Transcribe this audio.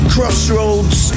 crossroads